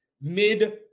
mid